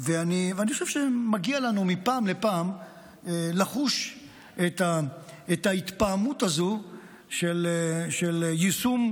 ואני חושב שמגיע לנו מפעם לפעם לחוש את ההתפעמות הזו של יישום,